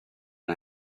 and